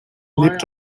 lebt